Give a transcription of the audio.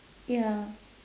ya